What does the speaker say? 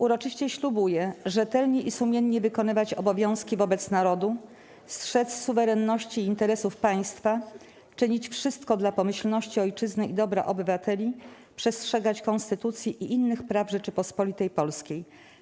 Uroczyście ślubuję rzetelnie i sumiennie wykonywać obowiązki wobec Narodu, strzec suwerenności i interesów Państwa, czynić wszystko dla pomyślności Ojczyzny i dobra obywateli, przestrzegać Konstytucji i innych praw Rzeczypospolitej Polskiej˝